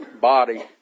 body